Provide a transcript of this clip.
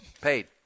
paid